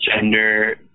gender